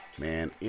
Man